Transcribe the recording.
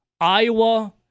Iowa